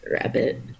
rabbit